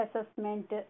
assessment